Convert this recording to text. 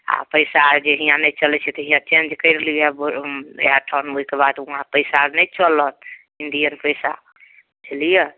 आ पैसा जे हियाँ नहि चलैत छै तऽ हियाँ चेंज करि लिअ एहिठन ओहिके बाद हुआँ पैसा नहि चलत इण्डिअन पैसा बुझलियै